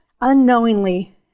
unknowingly